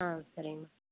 ஆ சரி